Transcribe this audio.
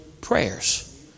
prayers